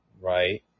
right